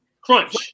crunch